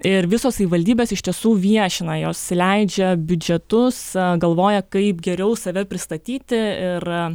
ir visos savivaldybės iš tiesų viešina jos leidžia biudžetus galvoja kaip geriau save pristatyti ir